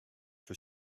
for